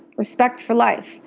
respect for life,